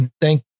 Thank